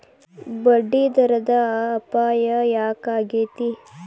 ಬಡ್ಡಿದರದ್ ಅಪಾಯ ಯಾಕಾಕ್ಕೇತಿ?